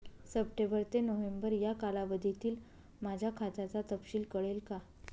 September ते November या कालावधीतील माझ्या खात्याचा तपशील कळेल का?